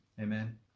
Amen